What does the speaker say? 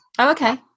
okay